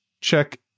Check